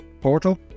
portal